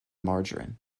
margarine